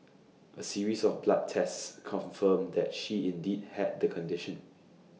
A series of blood tests confirmed that she indeed had the condition